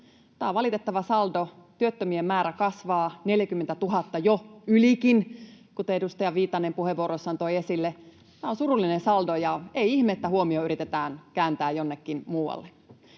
Tämä on valitettava saldo: työttömien määrä kasvaa 40 000, jo ylikin, kuten edustaja Viitanen puheenvuorossaan toi esille. Tämä on surullinen saldo, ja ei ihme, että huomio yritetään kääntää jonnekin muualle.